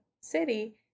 city